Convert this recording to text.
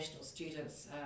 students